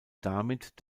damit